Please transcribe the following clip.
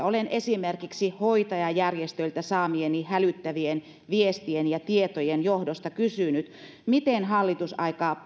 olen esimerkiksi hoitajajärjestöiltä saamieni hälyttävien viestien ja tietojen johdosta kysynyt miten hallitus